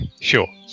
Sure